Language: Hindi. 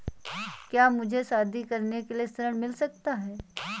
क्या मुझे शादी करने के लिए ऋण मिल सकता है?